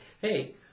hey